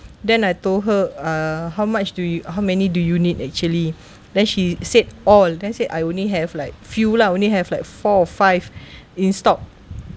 then I told her uh how much do you how many do you need actually then she said all then say I only have like few lah only have like four or five in stock